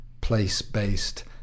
place-based